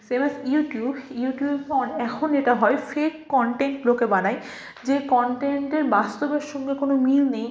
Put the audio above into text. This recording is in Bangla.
সেম অ্যাস ইউটিউব ইউটিউবে অনেক এখন এটা হয় ফেক কন্টেন্ট লোকে বানায় যে কন্টেন্টের বাস্তবের সঙ্গে কোনো মিল নেই